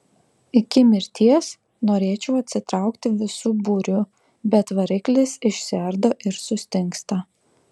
iki mirties norėčiau atsitraukti visu būriu bet variklis išsiardo ir sustingsta